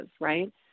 right